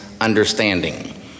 understanding